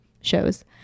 shows